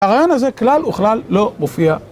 הרעיון הזה כלל וכלל לא מופיע